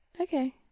Okay